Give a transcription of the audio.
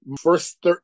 first